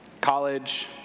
College